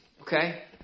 Okay